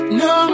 no